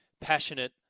passionate